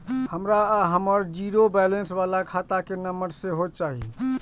हमरा हमर zero balance बाला खाता के नम्बर सेहो चाही